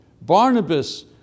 Barnabas